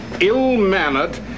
ill-mannered